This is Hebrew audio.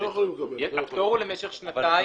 הפטור הוא למשך שנתיים,